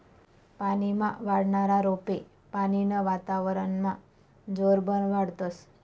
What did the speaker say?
पानीमा वाढनारा रोपे पानीनं वातावरनमा जोरबन वाढतस